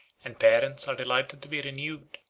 and parents are delighted to be renewed,